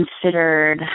considered